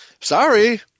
sorry